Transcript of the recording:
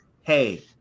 hey